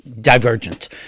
divergent